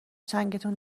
چنگتون